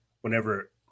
Whenever